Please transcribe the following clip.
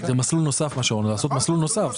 זה מסלול נוסף מה שאומר, לעשות מסלול נוסף.